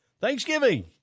Thanksgiving